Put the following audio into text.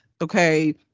Okay